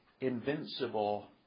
invincible